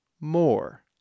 more